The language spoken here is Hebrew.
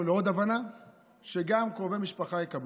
לעוד הבנה שגם קרובי משפחה יקבלו.